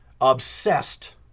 obsessed